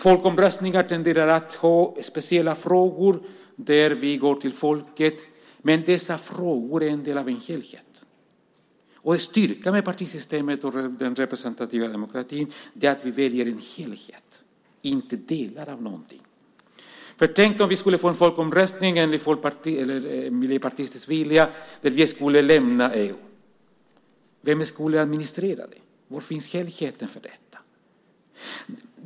Folkomröstningar tenderar att handla om speciella frågor där vi går till folket, men dessa frågor är en del av en helhet. En styrka med partisystemet och den representativa demokratin är att vi väljer en helhet - inte delar av något. Tänk om vi enligt Miljöpartiets vilja skulle få en folkomröstning om att lämna EU. Vem skulle administrera det? Var finns helheten för detta?